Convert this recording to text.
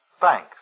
thanks